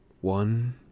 One